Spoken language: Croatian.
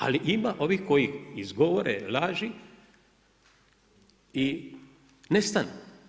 Ali ima ovih koji izgovore laži i nestanu.